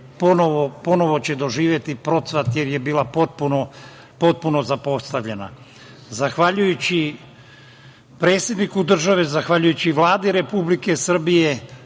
ponovo će doživeti procvat, jer je bila potpuno zapostavljena. Zahvaljujući predsedniku države, zahvaljujući Vladi Republike Srbije